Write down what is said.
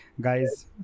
guys